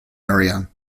area